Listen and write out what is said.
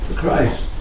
Christ